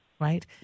right